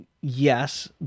Yes